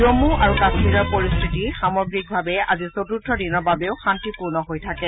জম্মু আৰু কাম্মীৰৰ পৰিস্থিতি সামগ্ৰীকভাৱে আজি চতুৰ্থ দিনৰ বাবেও শান্তিপূৰ্ণ হৈ থাকে